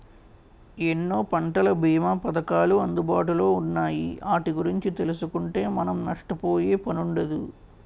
ఎన్నో పంటల బీమా పధకాలు అందుబాటులో ఉన్నాయి ఆటి గురించి తెలుసుకుంటే మనం నష్టపోయే పనుండదు